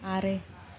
ᱟᱨᱮ